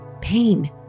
pain